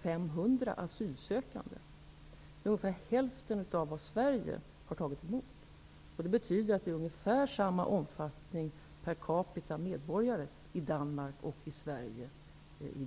500 asylsökande. Det är ungefär hälften av det antal som Sverige har tagit emot. Det betyder att omfattningen per capita i dag är densamma i Danmark och Sverige.